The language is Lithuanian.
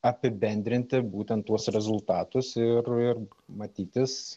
apibendrinti būtent tuos rezultatus ir ir matytis